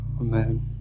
Amen